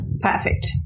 Perfect